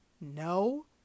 No